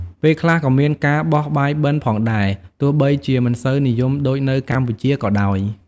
ពេលខ្លះក៏មានការ បោះបាយបិណ្ឌផងដែរ ទោះបីជាមិនសូវនិយមដូចនៅកម្ពុជាក៏ដោយ។